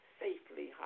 safely